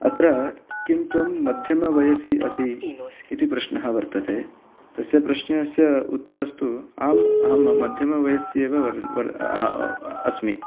अत्र किं त्वं मध्यमवयसि असि इति प्रश्नः वर्तते तस्य प्रश्नस्य उत्तरस्तु आम् अहं मध्यमवयसि एव अस्मि